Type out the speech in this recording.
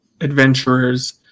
adventurers